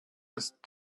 ist